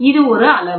இது ஒரு அளவு